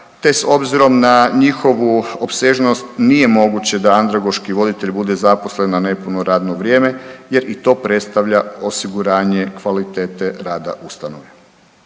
te s obzirom na njihovu opsežnost nije moguće da andragoški voditelj bude zaposlen na nepuno radno vrijeme jer i to predstavlja osiguranje kvalitete rada ustanove.